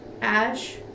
Ash